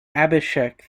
abhishek